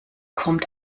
kommt